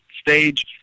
stage